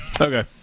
Okay